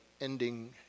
ending